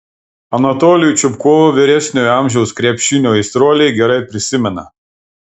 anatolijų čupkovą vyresniojo amžiaus krepšinio aistruoliai gerai prisimena